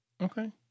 Okay